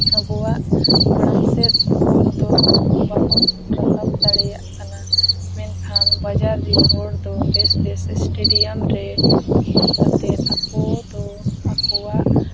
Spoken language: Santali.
ᱟᱵᱚᱣᱟᱜ ᱢᱟᱲᱟᱝᱥᱮᱫ ᱟᱵᱚ ᱫᱚ ᱵᱟᱵᱚᱱ ᱨᱟᱠᱟᱵ ᱫᱟᱲᱮᱭᱟᱜ ᱠᱟᱱᱟ ᱢᱮᱱᱠᱷᱟᱱ ᱵᱟᱡᱟᱨ ᱨᱤᱱ ᱦᱚᱲ ᱫᱚ ᱵᱮᱥ ᱵᱮᱥ ᱥᱴᱮᱰᱤᱭᱟᱢ ᱨᱮ ᱠᱷᱮᱞ ᱠᱟᱛᱮ ᱟᱠᱚ ᱫᱚ ᱟᱠᱚᱣᱟᱜ